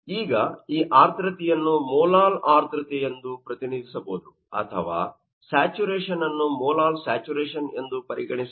ಈಗ ಈ ಆರ್ದ್ರತೆಯನ್ನು ಮೊಲಾಲ್ ಆರ್ದ್ರತೆಯೆಂದು ಪ್ರತಿನಿಧಿಸಬಹುದು ಅಥವಾ ಸ್ಯಾಚುರೇಶನ್ ಅನ್ನು ಮೊಲಾಲ್ ಸ್ಯಾಚುರೇಶನ್ ಎಂದು ಪರಿಗಣಿಸಬಹುದು